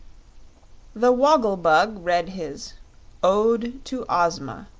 the woggle-bug read his ode to ozma,